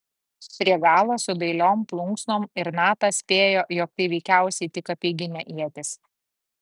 prie galo su dailiom plunksnom ir natas spėjo jog tai veikiausiai tik apeiginė ietis